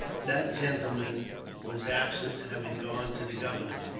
that gentleman was absent, having gone to the governor's.